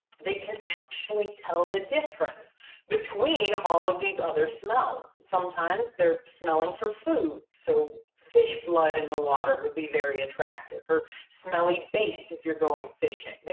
they can actually tell the difference between all of these other smells. sometimes they're smelling for foods, so fish blood in the water would be very attractive or smelly bait if you're going fishing,